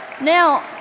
Now